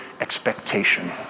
Expectation